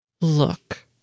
Look